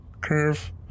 curve